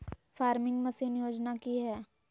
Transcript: Farming machine योजना कि हैय?